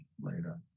later